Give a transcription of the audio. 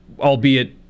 albeit